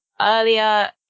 earlier